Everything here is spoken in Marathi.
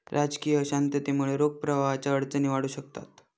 राजकीय अशांततेमुळे रोख प्रवाहाच्या अडचणी वाढू शकतात